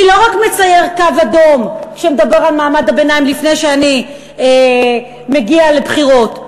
אני לא רק מצייר קו אדום שמדבר על מעמד הביניים לפני שאני מגיע לבחירות.